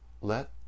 let